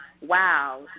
wow